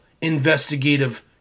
investigative